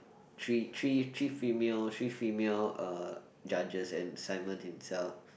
three three three female three female uh judges and Simon himself